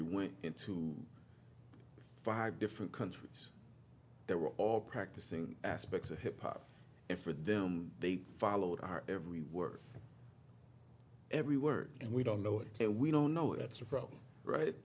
you went into five different countries there were all practicing aspects of hip hop and for them they followed our every word every word and we don't know it and we don't know that's a problem right